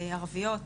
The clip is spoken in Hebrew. ערביות,